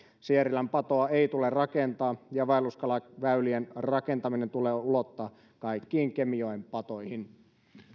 sierilän patoa ei tule rakentaa ja vaelluskalaväylien rakentaminen tulee ulottaa kaikkiin kemijoen patoihin